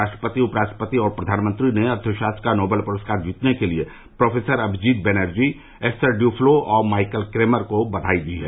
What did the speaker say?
राष्ट्रपति उप राष्ट्रपति और प्रधानमंत्री ने अर्थशास्त्र का नोबेल पुरस्कार जीतने के लिए professor Abhijit Banerjee Esther Duflo और माइकल क्रेमर को बधाई दी है